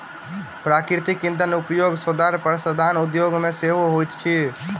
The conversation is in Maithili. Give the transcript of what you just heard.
प्राकृतिक इंधनक उपयोग सौंदर्य प्रसाधन उद्योग मे सेहो होइत अछि